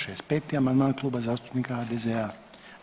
65. amandman Kluba zastupnika HDZ-a.